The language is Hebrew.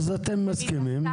אז אתם מסכימים.